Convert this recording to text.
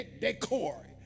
decor